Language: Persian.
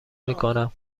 میکنم